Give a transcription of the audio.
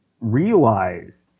realize